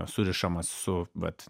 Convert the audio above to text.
surišamas su vat